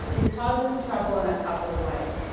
it causes trouble in a couple of ways.